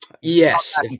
Yes